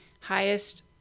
highest